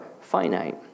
finite